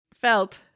Felt